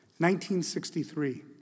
1963